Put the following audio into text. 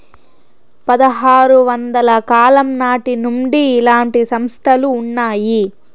పదహారు వందల కాలం నాటి నుండి ఇలాంటి సంస్థలు ఉన్నాయి